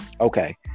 Okay